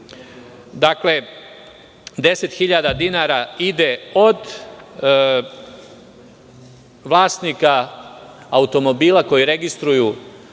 Dakle, 10.000 dinara ide od vlasnika automobila, koji registruju